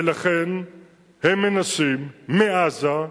ולכן הם מנסים מעזה.